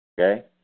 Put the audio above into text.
Okay